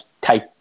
take